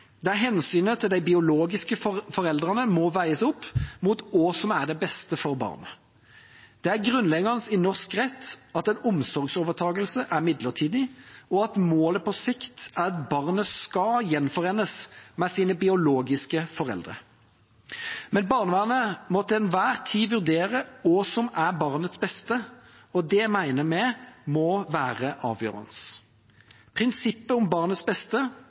der hensynet til de biologiske foreldrene må veies opp mot hva som er det beste for barnet. Det er grunnleggende i norsk rett at en omsorgsovertakelse er midlertidig, og at målet på sikt er at barnet skal gjenforenes med sine biologiske foreldre. Men barnevernet må til enhver tid vurdere hva som er barnets beste, og det mener vi må være avgjørende. Prinsippet om barnets beste